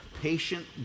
patient